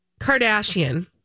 Kardashian